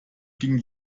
ging